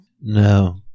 No